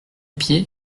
pied